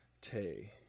Tay